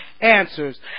answers